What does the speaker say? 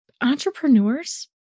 entrepreneurs